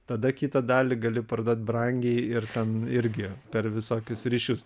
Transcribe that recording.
tada kitą dalį gali parduot brangiai ir ten irgi per visokius ryšius tai